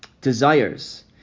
desires